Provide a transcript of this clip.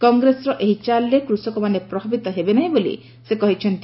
କଂଗ୍ରେସର ଏହି ଚାଲ୍ରେ କୁଷକମାନେ ପ୍ରଭାବିତ ହେବେ ନାହିଁ ବୋଲି ସେ କହିଛନ୍ତି